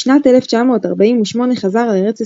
בשנת 1948 חזר לארץ ישראל,